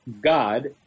God